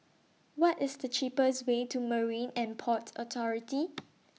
What IS The cheapest Way to Marine and Port Authority